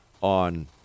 on